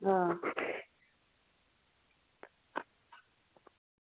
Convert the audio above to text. हां